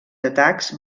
atacs